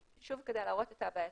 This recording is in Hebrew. שוב כדי להראות את הבעייתיות.